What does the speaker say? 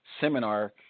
seminar